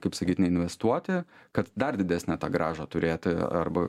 kaip sakyt neinvestuoti kad dar didesnę tą grąžą turėti arba